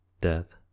death